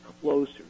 closer